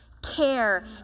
care